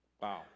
Wow